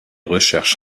recherches